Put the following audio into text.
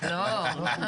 בסוף עומד ראש רשות,